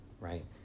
right